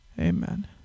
Amen